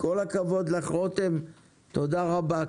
כל הכבוד לך רותם תודה רבה,